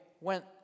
went